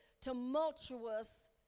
tumultuous